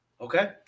Okay